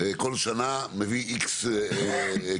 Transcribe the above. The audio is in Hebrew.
בכל שנה מביא X כיתות.